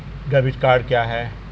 Debit card क्या है?